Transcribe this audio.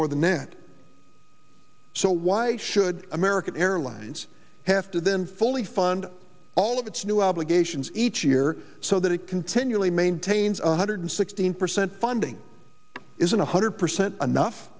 more than that so why should american airlines have to then fully fund all of its new obligations each year so that it continually maintains a hundred sixteen percent funding isn't one hundred percent enough